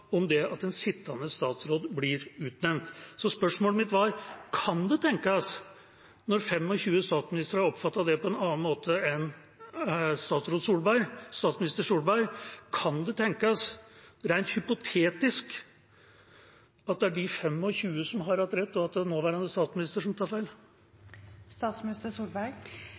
om det at en sittende statsråd blir utnevnt. Spørsmålet mitt var: Kan det tenkes, når 25 statsministre har oppfattet det på en annen måte enn statsminister Solberg, rent hypotetisk, at det er de 25 som har hatt rett, og at det er nåværende statsminister som tar